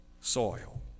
soil